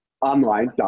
online